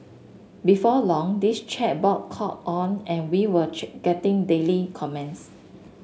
before long this chat board caught on and we were getting daily comments